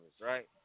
right